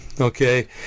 Okay